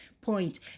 point